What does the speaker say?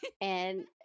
and-